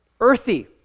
earthy